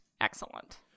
excellent